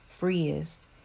freest